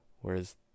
whereas